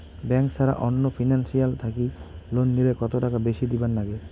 Bank ছাড়া অন্য financial থাকি লোন নিলে কতটাকা বেশি দিবার নাগে?